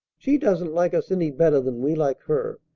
she doesn't like us any better than we like her.